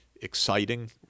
exciting